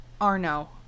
Arno